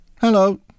Hello